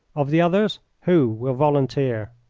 of the others, who will volunteer?